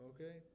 Okay